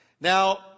Now